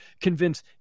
convince